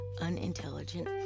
unintelligent